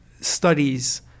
studies